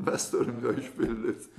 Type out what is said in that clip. mes turim gal išpildyt